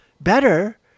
better